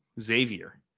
Xavier